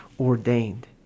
ordained